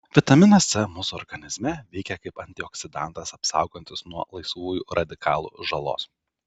vitaminas c mūsų organizme veikia kaip antioksidantas apsaugantis nuo laisvųjų radikalų žalos